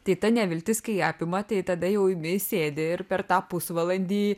tai ta neviltis kai apima tai tada jau vis sėdi ir per tą pusvalandį